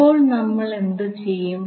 ഇപ്പോൾ നമ്മൾ എന്തു ചെയ്യും